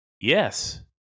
Yes